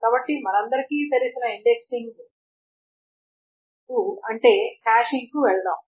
కాబట్టి మనందరికీ తెలిసిన ఇండెక్సింగ్కు అంటే హ్యాషింగ్ కు వెళ్దాం